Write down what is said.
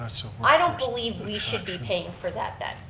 so i don't believe we should be paying for that then.